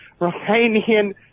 Romanian